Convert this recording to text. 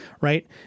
right